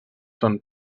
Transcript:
són